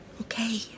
Okay